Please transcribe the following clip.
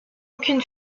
aucune